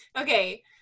Okay